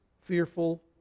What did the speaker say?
fearful